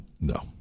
No